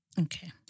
Okay